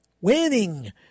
winning